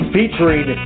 featuring